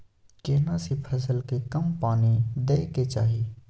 केना सी फसल के कम पानी दैय के चाही?